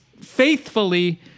faithfully